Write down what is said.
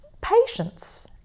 Patience